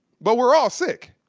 but we're all sick.